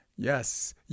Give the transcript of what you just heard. Yes